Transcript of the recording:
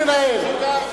אני מנהל.